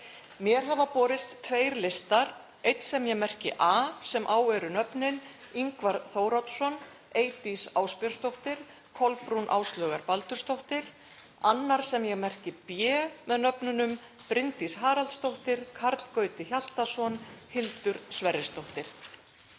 Mér hafa borist tveir listar, einn sem ég merki A sem á eru nöfnin Ingvar Þóroddsson, Eydís Ásbjörnsdóttir og Kolbrún Áslaugar Baldursdóttir, og annar sem ég merki B með nöfnunum Bryndís Haraldsdóttir, Karl Gauti Hjaltason, Hildur Sverrisdóttir.